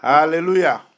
Hallelujah